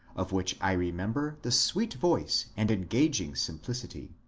of which i remember the sweet voice and engaging simplicity.